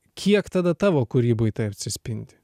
kiek tada tavo kūryboj tai atsispindi